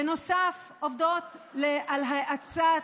בנוסף, עובדות על האצה,